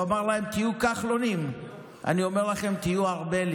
הוא אמר להם: "תהיו כחלונים"; אני אומר לכם: "תהיו ארבלים".